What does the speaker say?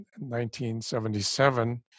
1977